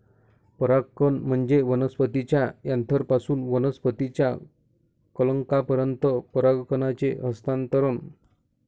परागकण म्हणजे वनस्पतीच्या अँथरपासून वनस्पतीच्या कलंकापर्यंत परागकणांचे हस्तांतरण